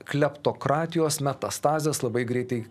kleptokratijos metastazės labai greitai